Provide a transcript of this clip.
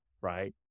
right